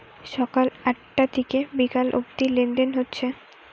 সকাল আটটা থিকে বিকাল অব্দি লেনদেন হচ্ছে